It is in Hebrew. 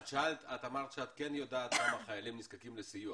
את אמרת שאת כן יודעת כמה חיילים נזקקים לסיוע,